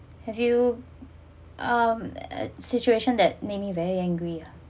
have you um a situation that make me very angry uh